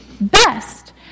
best